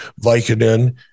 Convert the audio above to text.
Vicodin